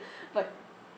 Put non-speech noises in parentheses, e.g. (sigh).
(breath) but